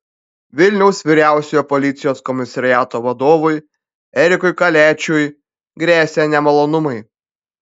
vilniaus vyriausiojo policijos komisariato vadovui erikui kaliačiui gresia nemalonumai